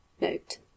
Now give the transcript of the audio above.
Note